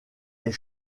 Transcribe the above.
est